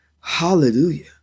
Hallelujah